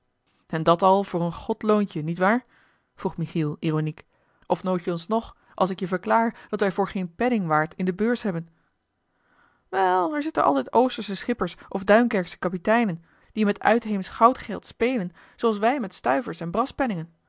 en dat al voor een godloontje niet waar vroeg michiel ironiek of noodt je ons nog als ik je verklaar dat wij voor geen penning waard in de beurs hebben wel er zitten altijd oostersche schippers of duinkerksche kapiteinen die met uitheemsch goudgeld spelen zooals wij met stuivers en